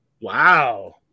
Wow